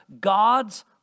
God's